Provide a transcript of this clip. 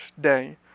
day